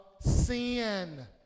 sin